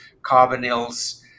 carbonyls